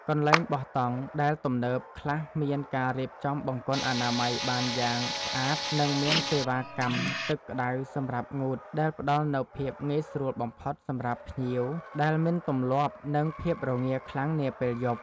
កន្លែងបោះតង់ដែលទំនើបខ្លះមានការរៀបចំបង្គន់អនាម័យបានយ៉ាងស្អាត និង មានសេវាកម្មទឹកក្តៅសម្រាប់ងូតដែលផ្តល់នូវភាពងាយស្រួលបំផុតសម្រាប់ភ្ញៀវដែលមិនទម្លាប់នឹងភាពរងាខ្លាំងនាពេលយប់។